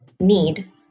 need